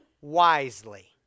Wisely